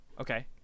Okay